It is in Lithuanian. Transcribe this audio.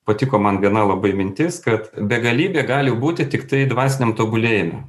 patiko man viena labai mintis kad begalybė gali būti tiktai dvasiniam tobulėjime